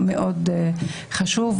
מאוד חשוב.